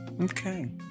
Okay